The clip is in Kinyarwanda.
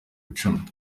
icumi